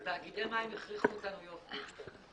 בתאגידי מים הכריחו אותם יופי,